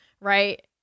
right